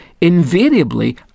invariably